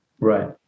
Right